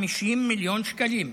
50 מיליון שקלים,